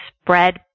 spread